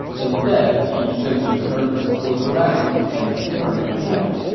instead, he simply turned his horse around and returned to camp.